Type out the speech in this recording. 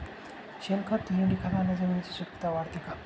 शेणखत, लेंडीखताने जमिनीची सुपिकता वाढते का?